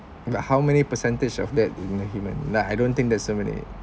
but how many percentage of that in the human nah I don't think there's so many